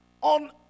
on